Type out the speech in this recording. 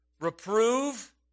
Reprove